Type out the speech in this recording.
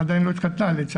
עדי עדיין לא התחתנה לצערי,